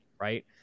right